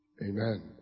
Amen